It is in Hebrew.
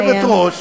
גברתי היושבת-ראש,